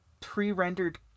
pre-rendered